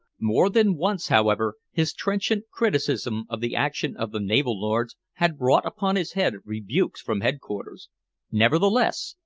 more than once, however, his trenchant criticism of the action of the naval lords had brought upon his head rebukes from head-quarters nevertheless,